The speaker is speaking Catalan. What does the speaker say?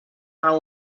raó